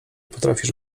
potrafisz